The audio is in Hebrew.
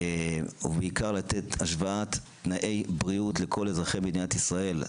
ובעיקר להשוות את תנאי הבריאות לכל אזרחי מדינת ישראל.